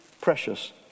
precious